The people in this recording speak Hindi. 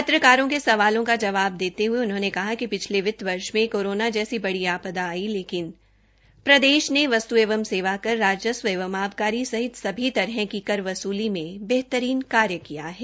पत्रकारों के सवालों का जवाब देते हये उन्होंने कहा कि पिछले वित्त वर्ष में कोरोना जैसी बडी आपदा आई लेकिन प्रदेश ने वस्त् एवं सेवाकर जीएसटी राजस्व एवं आबकारी सहित सभी तरह की कर वसूली में बेहतरीन कार्य किया है